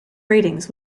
ratings